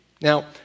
Now